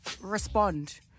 respond